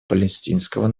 палестинского